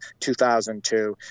2002